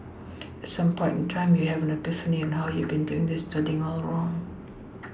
at some point in time you have an epiphany on how you have been doing this studying this wrong